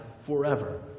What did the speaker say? forever